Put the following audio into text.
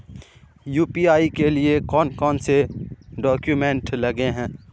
UPI के लिए कौन कौन से डॉक्यूमेंट लगे है?